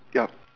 yup